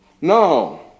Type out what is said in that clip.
No